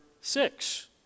six